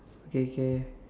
okay k